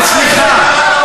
וסליחה,